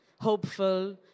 hopeful